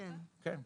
כן.